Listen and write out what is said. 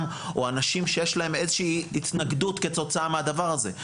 או אנשים שיש להם איזושהי התנגדות כתוצאה מהדבר הזה,